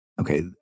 Okay